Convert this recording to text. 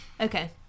Okay